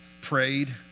prayed